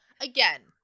again